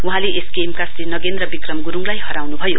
वहाँले एसकेएम का श्री नगेन्द्र विक्रम ग्रुङलाई हराउनु भयो